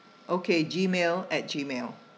okay gmail at gmail